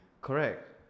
Correct